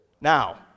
Now